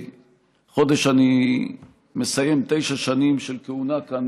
החודש אני מסיים תשע שנים של כהונה כאן,